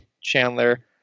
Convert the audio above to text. Chandler